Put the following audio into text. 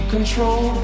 control